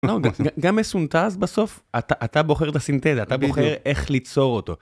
גם מסונתז בסוף, אתה בוחר את הסינתזה, אתה בוחר איך ליצור אותו.